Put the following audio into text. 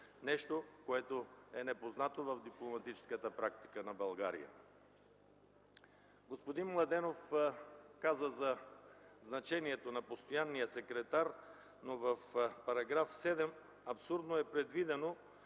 нещо, което е непознато в дипломатическата практика на България. Господин Младенов каза за значението на постоянния секретар, но в § 7 абсурдно е предвидено